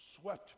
swept